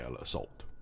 assault